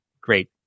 great